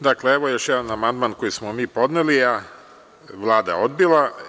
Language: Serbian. Dakle, evo još jedan amandman koji smo mi podneli, a Vlada odbila.